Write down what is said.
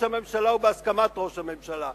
יש ראש ממשלה ובהסכמת ראש הממשלה.